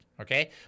okay